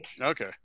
Okay